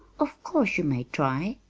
of course you may try!